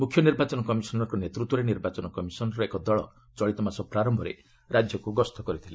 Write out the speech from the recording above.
ମୁଖ୍ୟ ନିର୍ବାଚନ କମିଶନ୍ରଙ୍କ ନେତୃତ୍ୱରେ ନିର୍ବାଚନ କମିଶନ୍ ର ଏକ ଦଳ ଚଳିତ ମାସ ପ୍ରାରମ୍ଭରେ ରାଜ୍ୟକ୍ତ ଗସ୍ତ କରିଥିଲେ